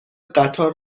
قطار